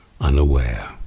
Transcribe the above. unaware